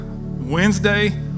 Wednesday